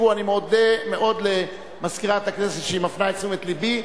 אני מודה למזכירת הכנסת, שמפנה את תשומת לבי,